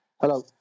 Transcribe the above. Hello